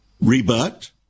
rebut